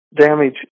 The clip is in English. damage